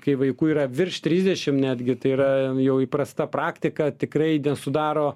kai vaikų yra virš trisdešim netgi tai yra jau įprasta praktika tikrai nesudaro